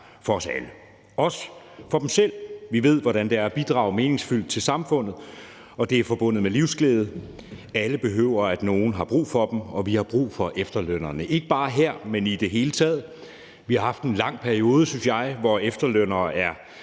for os alle, inklusive for dem selv. Vi ved, hvordan det er et bidrage meningsfyldt til samfundet, og at det er forbundet med livsglæde. Alle har behov for, at nogle har brug for dem, og vi har brug for efterlønnerne. Det har vi ikke bare her, men i det hele taget. Vi har haft en lang periode, synes jeg, hvor efterlønnerne er